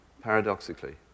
paradoxically